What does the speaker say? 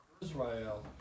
Israel